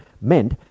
meant